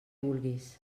vulguis